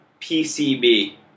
PCB